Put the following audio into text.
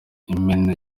imena